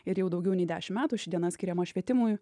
ir jau daugiau nei dešim metų ši diena skiriama švietimui